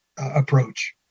Approach